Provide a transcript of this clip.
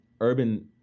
urban